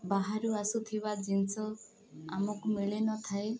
ବାହାରୁ ଆସୁଥିବା ଜିନିଷ ଆମକୁ ମିଳିନଥାଏ